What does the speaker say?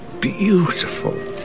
beautiful